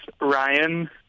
Ryan